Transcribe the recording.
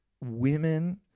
women